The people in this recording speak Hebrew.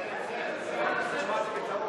פנסים בכבישים בין-עירוניים בתקופה